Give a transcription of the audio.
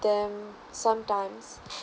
them sometimes